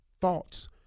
thoughts